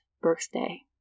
birthday